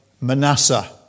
Manasseh